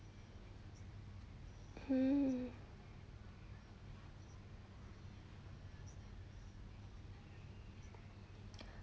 hmm